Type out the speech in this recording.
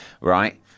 right